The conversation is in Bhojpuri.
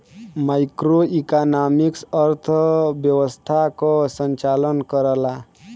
मैक्रोइकॉनॉमिक्स अर्थव्यवस्था क संचालन करला